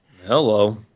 Hello